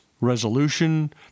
Resolution